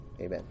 Amen